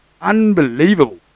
Unbelievable